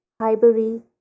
Highbury